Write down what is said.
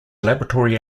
laboratory